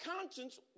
conscience